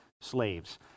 slaves